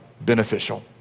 beneficial